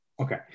Okay